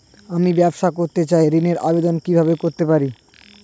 আমি ব্যবসা করতে চাই ঋণের আবেদন কিভাবে করতে পারি?